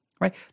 right